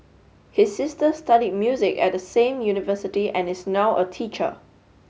his sister study music at the same university and is now a teacher